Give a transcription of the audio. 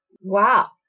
wow